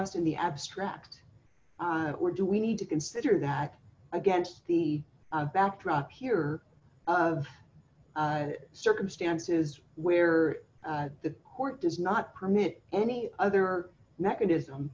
us in the abstract or do we need to consider that against the backdrop here of circumstances where the court does not permit any other mechanism